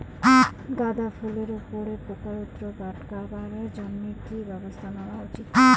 গাঁদা ফুলের উপরে পোকার উপদ্রব আটকেবার জইন্যে কি ব্যবস্থা নেওয়া উচিৎ?